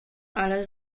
ale